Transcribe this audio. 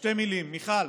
שתי מילים: מיכל,